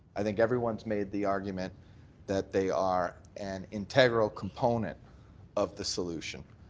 i think everyone's made the argument that they are an integral component of the solution.